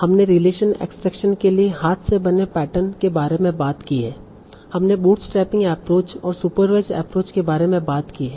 हमने relation extraction के लिए हाथ से बने पैटर्न के बारे में बात की है हमने बूटस्ट्रैपिंग एप्रोच और सुपरवाइसड एप्रोच के बारे में बात की है